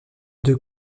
deux